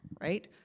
right